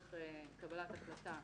לצורך קבלת החלטה